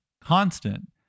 constant